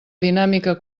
dinàmica